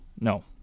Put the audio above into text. No